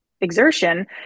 exertion